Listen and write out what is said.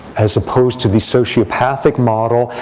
as opposed to the sociopathic model,